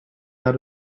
out